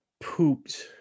pooped